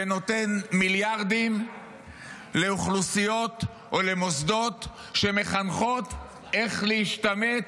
ונותן מיליארדים לאוכלוסיות או למוסדות שמחנכות איך להשתמט,